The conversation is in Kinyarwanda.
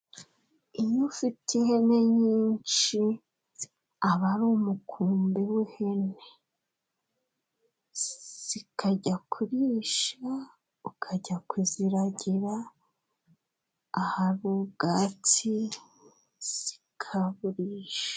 Iyo ufite ihene nyinshi aba ari umukumbi w'ihene zikajya kurisha, ukajya kuziragira ahari ubwatsi zikaburisha.